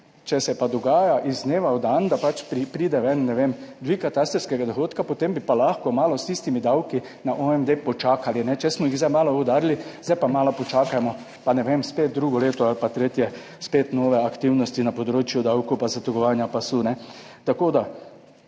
če se pa dogaja iz dneva v dan, da pač pride ven, ne vem, dvig katastrskega dohodka, potem bi pa lahko malo s tistimi davki na OMD počakali, če smo jih zdaj malo udarili, zdaj pa malo počakajmo, pa ne vem, spet drugo leto ali pa tretje, spet nove aktivnosti na področju davkov, pa zategovanja pasu. Tako da